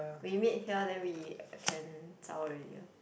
we meet here then we can zao already ah